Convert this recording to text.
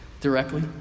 directly